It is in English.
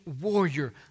warrior